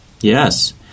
Yes